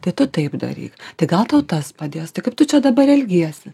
tai tu taip daryk tai gal tau tas padės tai kaip tu čia dabar elgiesi